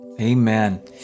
Amen